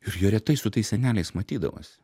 ir jie retai su tais seneliais matydavosi